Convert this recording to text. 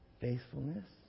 faithfulness